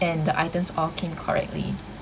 and the items all came correctly